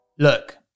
Look